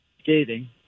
skating